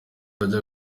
bajya